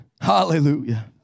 Hallelujah